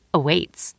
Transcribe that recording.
awaits